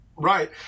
Right